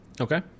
Okay